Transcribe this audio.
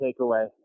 takeaway